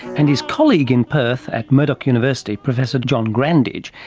and his colleague in perth at murdoch university, professor john grandage,